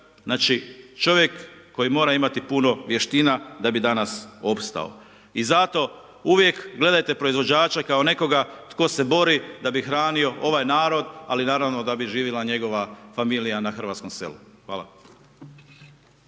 znači čovjek koji mora imati puno vještina da bi danas opstao. I zato uvijek gledajte proizvođače kao nekoga tko se bori da bi hranio ovaj narod ali naravno da bi živjela njegova familija na hrvatskom selu. Hvala.